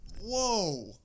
Whoa